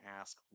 ask